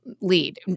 lead